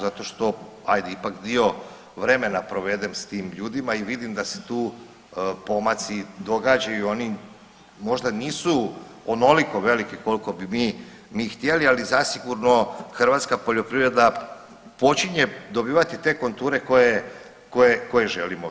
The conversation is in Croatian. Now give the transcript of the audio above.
Zato što, ajde ipak dio vremena provedem s tim ljudima i vidim da se tu pomaci događaju, oni možda nisu onoliko veliki koliko bi mi htjeli, ali zasigurno hrvatska poljoprivreda počinje dobivati te konture koje želimo.